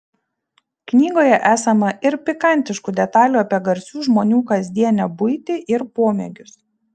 knygoje esama ir pikantiškų detalių apie garsių žmonių kasdienę buitį ir pomėgius